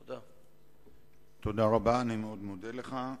תודה רבה, אני מאוד מודה לך.